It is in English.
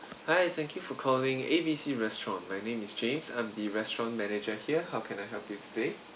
hi thank you for calling A B C restaurant my name is james I'm the restaurant manager here how can I help you today